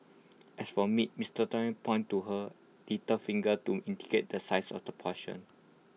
as for meat miss Thelma pointed to her little finger to indicate the size of the portion